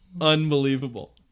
Unbelievable